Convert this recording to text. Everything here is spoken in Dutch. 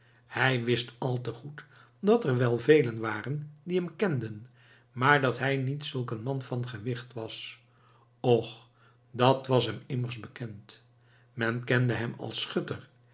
hij wist al te goed dat er wel velen waren die hem kenden maar dat hij niet zulk een man van gewicht was och dat was hem immers bekend men kende hem als schutter